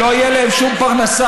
ולא תהיה להם שום פרנסה.